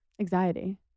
anxiety